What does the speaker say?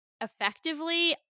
effectively